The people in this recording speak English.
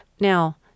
Now